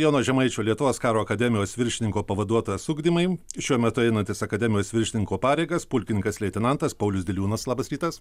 jono žemaičio lietuvos karo akademijos viršininko pavaduotojas ugdymui šiuo metu einantis akademijos viršininko pareigas pulkininkas leitenantas paulius diliūnas labas rytas